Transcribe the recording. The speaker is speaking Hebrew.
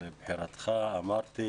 שמונה עכשיו.